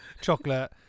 chocolate